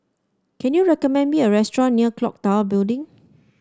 can you recommend me a restaurant near clock Tower Building